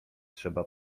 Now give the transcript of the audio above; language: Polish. trzeba